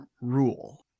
rule